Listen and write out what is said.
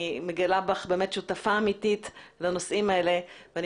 אני מגלה בך שותפה אמיתית לנושאים האלה ואני